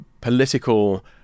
political